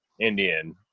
Indian